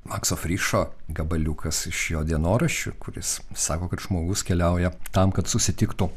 makso frišo gabaliukas iš jo dienoraščių kuris sako kad žmogus keliauja tam kad susitiktų